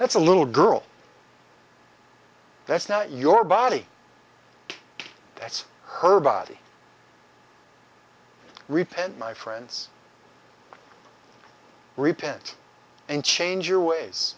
that's a little girl that's not your body that's her body repent my friends repent and change your ways